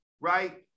right